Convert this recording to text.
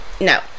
no